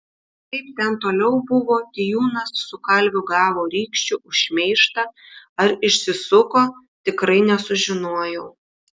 kaip ten toliau buvo tijūnas su kalviu gavo rykščių už šmeižtą ar išsisuko tikrai nesužinojau